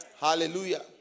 hallelujah